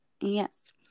Yes